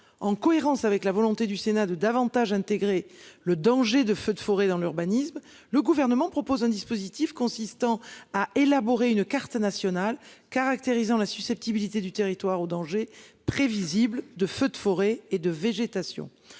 en cohérence avec la volonté du Sénat de davantage intégrer le danger de feux de forêt dans l'urbanisme, le gouvernement propose un dispositif consistant à élaborer une carte nationale caractérisant la susceptibilité du territoire au danger prévisible de feux de forêt et de végétation